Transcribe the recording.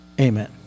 Amen